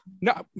no